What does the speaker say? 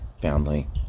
family